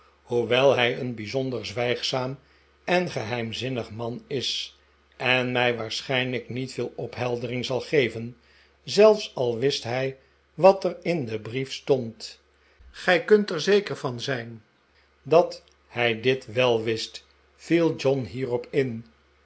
hoewel hij een bijzonder zwijgzaam en geheimzinnig man is en mij waarschijnlijk niet veel opheldering zal geven zelfs al wist hij wat er in den brief stond gij kunt er zeker van zijn dat hij dit wel wist viel john hierop in